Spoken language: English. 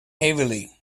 heavily